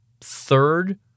third